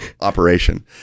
operation